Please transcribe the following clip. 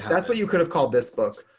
that's what you could've called this book.